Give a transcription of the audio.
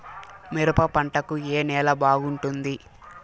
మిరప పంట కు ఏ నేల బాగుంటుంది?